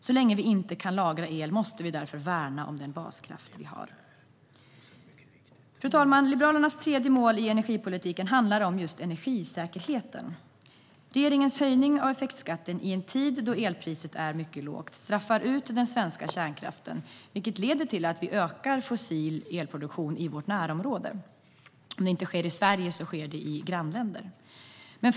Så länge vi inte kan lagra el måste vi därför värna om den baskraft vi har. Fru talman! Liberalernas tredje mål i energipolitiken handlar om energisäkerheten. Regeringens höjning av effektskatten i en tid då elpriset är mycket lågt straffar ut den svenska kärnkraften. Det leder till att fossil elproduktion ökar i vårt närområde. Om det inte sker i Sverige sker det i grannländerna.